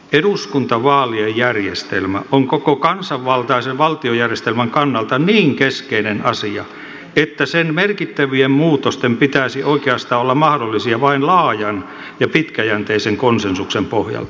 eduskuntavaalien järjestelmä on koko kansanvaltaisen valtiojärjestelmän kannalta niin keskeinen asia että sen merkittävien muutosten pitäisi oikeastaan olla mahdollisia vain laajan ja pitkäjänteisen konsensuksen pohjalta